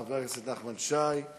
תודה רבה, חבר הכנסת נחמן שי.